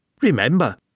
Remember